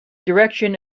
direction